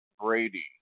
Brady